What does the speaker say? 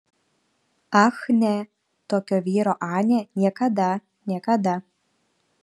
ach ne tokio vyro anė niekada niekada